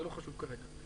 זה לא חשוב כרגע,